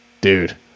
dude